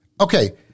Okay